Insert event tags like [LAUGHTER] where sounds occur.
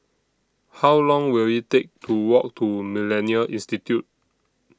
How Long Will IT Take [NOISE] to Walk to Millennia Institute